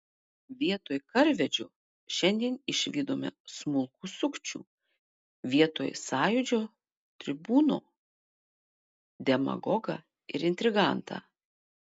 vietoj karvedžio šiandien išvydome smulkų sukčių vietoj sąjūdžio tribūno demagogą ir intrigantą